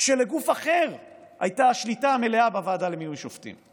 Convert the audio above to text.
כשלגוף אחר הייתה השליטה המלאה בוועדה למינוי שופטים.